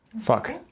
Fuck